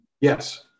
Yes